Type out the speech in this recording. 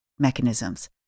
Mechanisms